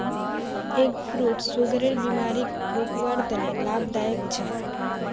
egg fruit सुगरेर बिमारीक रोकवार तने लाभदायक छे